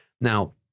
Now